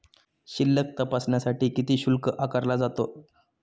शिल्लक तपासण्यासाठी किती शुल्क आकारला जातो?